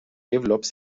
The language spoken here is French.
développe